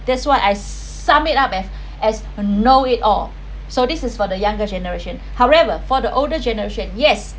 that’s why I sum it up as a know it all so this is for the younger generation however for the older generation yes